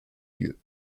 lieu